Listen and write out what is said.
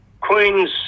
Queen's